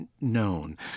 known